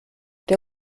der